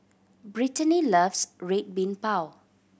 Brittaney loves Red Bean Bao